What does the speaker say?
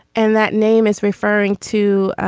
and that name is referring to